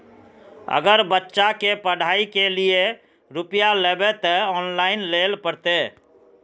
अगर बच्चा के पढ़ाई के लिये रुपया लेबे ते ऑनलाइन लेल पड़ते?